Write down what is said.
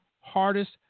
hardest